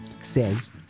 says